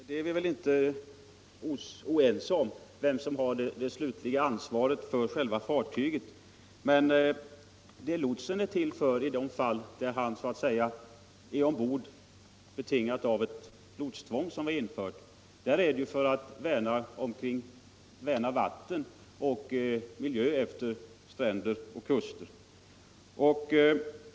Herr talman! Vi är inte oense om vem som har det slutliga ansvaret för själva fartyget, men i de fall där lotsens närvaro ombord är betingad av det tvång som har införts befinner han sig ombord för att bidra till att värna vatten och miljö efter stränder och kuster.